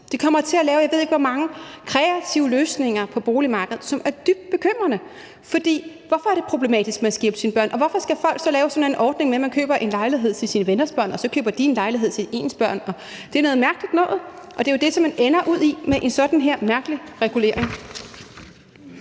Det kommer til at lave, jeg ved ikke hvor mange kreative løsninger på boligmarkedet, som er dybt bekymrende. For hvorfor er det problematisk, at man skal hjælpe sine børn? Og hvorfor skal folk så lave sådan en ordning med, at man køber en lejlighed til sine venners børn, og de så køber en lejlighed til ens børn? Det er noget mærkeligt noget, og det er jo det, som man ender ud i med sådan en mærkelig regulering.